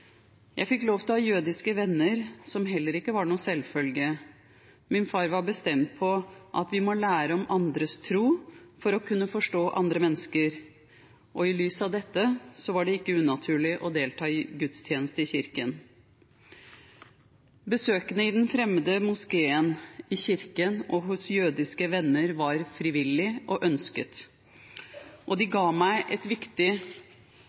Jeg fikk lov til å ha jødiske venner, noe som heller ikke var noen selvfølge. Min far var bestemt på at vi måtte lære om andres tro for å kunne forstå andre mennesker, og i lys av dette var det ikke unaturlig å delta på gudstjeneste i kirken. Besøkene i den fremmede moskeen, i kirken og hos jødiske venner var frivillige og ønsket. De ga meg viktig